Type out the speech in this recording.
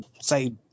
say